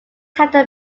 title